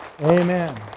Amen